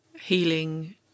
healing